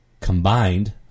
combined